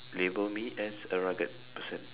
label me as a rugged person